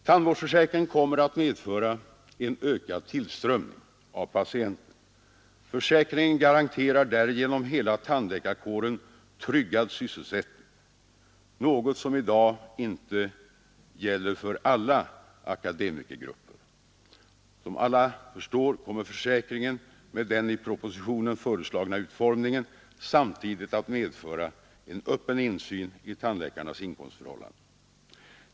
Tandvårdsförsäkringen kommer att medföra en ökad tillströmning av patienter. Försäkringen garanterar därigenom hela tandläkarkåren tryggad sysselsättning, något som i dag inte gäller för alla akademikergrupper. Som alla förstår kommer försäkringen med den i propositionen föreslagna utformningen samtidigt att medföra en öppen insyn i tandläkarnas inkomstförhållanden.